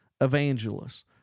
evangelists